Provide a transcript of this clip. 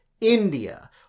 India